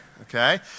Okay